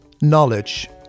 knowledge